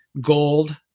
gold